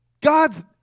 God's